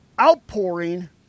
outpouring